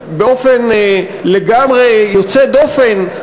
באופן לגמרי יוצא דופן,